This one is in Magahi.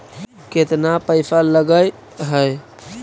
केतना पैसा लगय है?